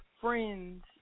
friends